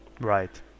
right